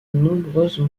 nombreuses